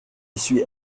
suis